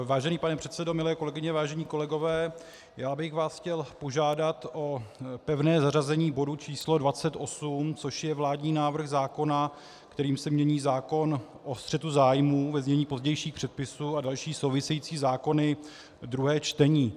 Vážený pane předsedo, milé kolegyně, vážení kolegové, chtěl bych vás požádat o pevné zařazení bodu číslo 28, což je vládní návrh zákona, kterým se mění zákon o střetu zájmů, ve znění pozdějších předpisů, a další související zákony, druhé čtení.